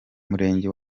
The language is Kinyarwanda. murenge